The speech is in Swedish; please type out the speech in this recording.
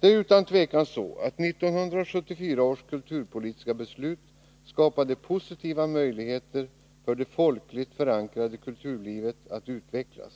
Det är utan tvivel så att 1974 års kulturpolitiska beslut skapade positiva möjligheter för det folkligt förankrade kulturlivet att utvecklas.